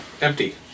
empty